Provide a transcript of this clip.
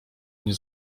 nie